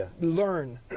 learn